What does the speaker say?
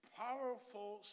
powerful